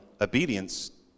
obedience